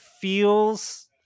feels